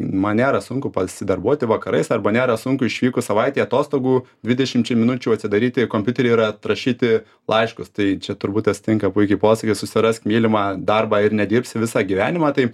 man nėra sunku pasidarbuoti vakarais arba nėra sunku išvykus savaitei atostogų dvidešimčiai minučių atsidaryti kompiuterį ir atrašyti laiškus tai čia turbūt tas tinka puikiai posakis susirask mylimą darbą ir nedirbsi visą gyvenimą tai